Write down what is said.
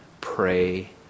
Pray